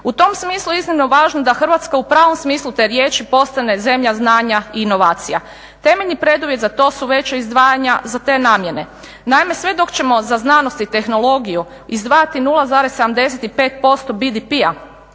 U tom smislu je iznimno važno da Hrvatska u pravom smislu te riječi postane zemlja znanja i inovacija. Temeljni preduvjet za to su veća izdvajanja za te namjene. Naime, sve dok ćemo za znanost i tehnologiju izdvajati 0,75% BDP-a